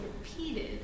repeated